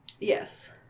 Yes